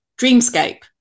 Dreamscape